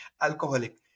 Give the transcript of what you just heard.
alcoholic